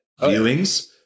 viewings